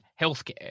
healthcare